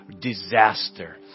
disaster